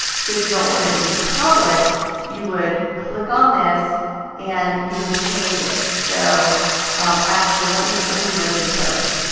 so if you don't want it to be public you would click on this and you would change it. so um actually let me let me do a new post.